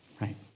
right